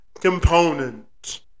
component